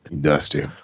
dusty